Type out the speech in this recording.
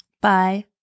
Bye